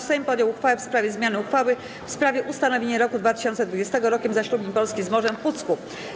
Sejm podjął uchwałę w sprawie zmiany uchwały w sprawie ustanowienia roku 2020 Rokiem Zaślubin Polski z Morzem w Pucku.